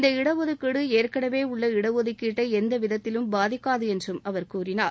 இந்த இடஒதுக்கீடு ஏற்கனவே உள்ள இடஒதுக்கீட்டை எந்த விதத்திலும் பாதிக்காது என்று அவர் கூறினார்